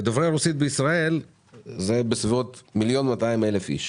ודוברי רוסית בישראל זה בסביבות 1.2 מיליון איש.